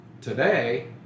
today